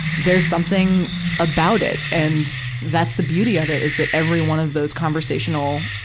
there's something about it. and that's the beauty of it, is that every one of those conversational,